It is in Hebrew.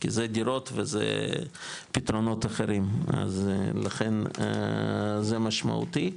כי זה דירות וזה פתרונות אחרים אז לכן זה משמעותי.